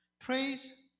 Praise